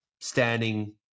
standing